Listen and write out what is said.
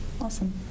Awesome